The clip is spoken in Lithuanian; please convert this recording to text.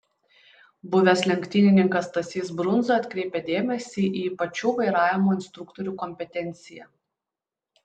buvęs lenktynininkas stasys brundza atkreipia dėmesį į pačių vairavimo instruktorių kompetenciją